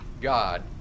God